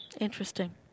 Interesting